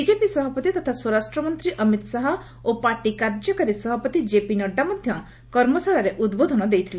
BJP ସଭାପତି ତଥା ସ୍ୱରାଷ୍ଟ୍ର ମନ୍ତ୍ରୀ ଅମିତ ଶାହା ଓ ପାର୍ଟି କାର୍ଯ୍ୟକାରୀ ସଭାପତି କେପି ନଡ୍ରା ମଧ୍ୟ କର୍ମଶାଳାରେ ଉଦ୍ବୋଧନ ଦେଇଥିଲେ